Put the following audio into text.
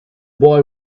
boy